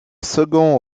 second